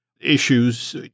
issues